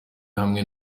hamwe